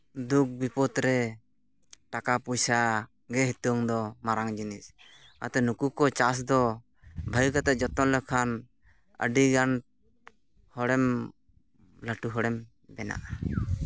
ᱫᱩᱠ ᱵᱤᱯᱚᱫᱽᱨᱮ ᱴᱟᱠᱟ ᱯᱚᱭᱥᱟ ᱜᱮ ᱱᱤᱛᱚᱝ ᱫᱚ ᱢᱟᱨᱟᱝ ᱡᱤᱱᱤᱥ ᱚᱱᱟᱛᱮ ᱱᱩᱠᱩ ᱠᱚ ᱪᱟᱥ ᱫᱚ ᱵᱷᱟᱹᱜᱤ ᱠᱟᱛᱮᱫ ᱡᱚᱛᱚᱱ ᱞᱮᱠᱷᱟᱱ ᱟᱹᱰᱤᱜᱟᱱ ᱦᱚᱲᱮᱢ ᱞᱟᱹᱴᱩ ᱦᱚᱲᱮᱢ ᱵᱮᱱᱟᱜᱼᱟ